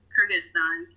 Kyrgyzstan